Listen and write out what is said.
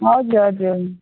हजुर हजुर